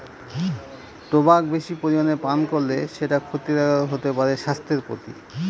tobacco বেশি পরিমানে পান করলে সেটা ক্ষতিকারক হতে পারে স্বাস্থ্যের প্রতি